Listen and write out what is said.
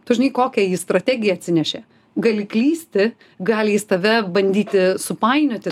tu žinai kokią jis strategiją atsinešė gali klysti gali jis tave bandyti supainioti